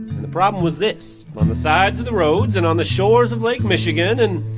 and the problem was this. on the sides of the roads and on the shores of lake michigan and,